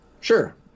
Sure